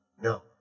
No